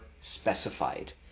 specified